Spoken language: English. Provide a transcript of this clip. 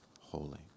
holy